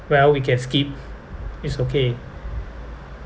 well we can skip it's okay